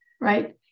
right